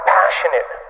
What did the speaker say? passionate